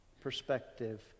perspective